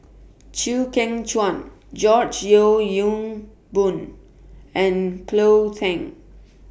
Chew Kheng Chuan George Yeo Yong Boon and Cleo Thang